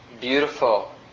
beautiful